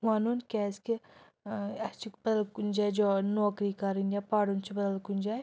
وَنُن کیازکہِ ٲں اسہِ چھِ بَدل کُنہِ جایہِ جا نوکری کَرٕنۍ یا پَرُن چھُ بَدَل کُنہِ جایہِ